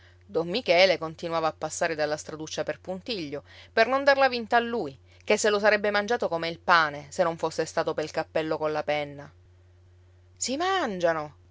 don michele continuava a passare dalla straduccia per puntiglio per non darla vinta a lui ché se lo sarebbe mangiato come il pane se non fosse stato pel cappello colla penna si mangiano